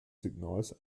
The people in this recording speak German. signals